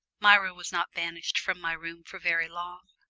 myra was not banished from my room for very long.